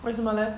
为什么 leh